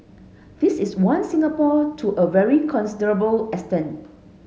this is one Singapore to a very considerable extent